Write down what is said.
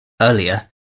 earlier